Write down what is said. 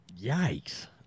Yikes